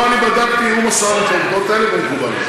לא אני בדקתי, הוא מסר את הנקודות האלה, זה מקובל.